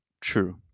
true